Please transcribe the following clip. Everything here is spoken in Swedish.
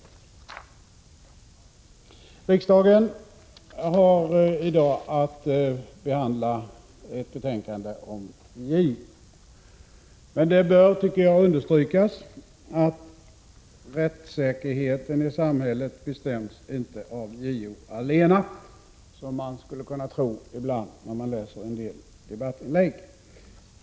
Riksdagen har i dag att behandla ett betänkande om JO. Det bör emellertid, tycker jag, understrykas att rättssäkerheten i samhället inte bestäms av JO allena, som man ibland skulle kunna tro när man läser en del debattinlägg.